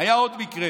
היה עוד מקרה.